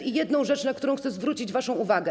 I jedna rzecz, na którą chcę zwrócić waszą uwagę.